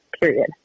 period